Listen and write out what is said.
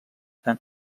amb